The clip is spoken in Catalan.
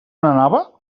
anava